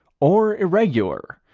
or irregular,